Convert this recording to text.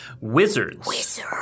wizards